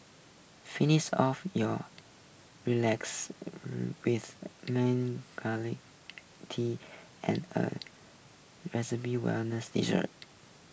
finish off your relax with tea and a wellness dessert